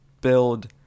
build